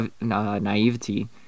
naivety